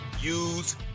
use